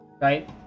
Right